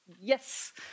Yes